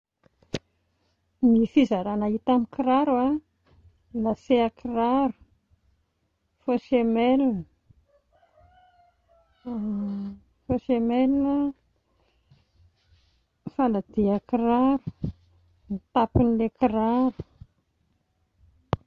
Ny fizarana hita amin'ny kiraro a, lacet kiraro, faux semelle, faux semelle a, faladian-kiraro, ny tampon'ilay kiraro